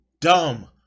dumb